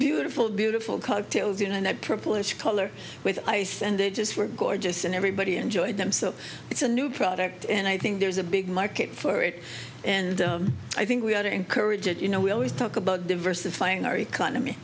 beautiful beautiful cocktails and i proposed to color with ice and they just were gorgeous and everybody enjoyed them so it's a new product and i think there's a big market for it and i think we ought to encourage it you know we always talk about diversifying our economy